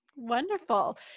Wonderful